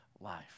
life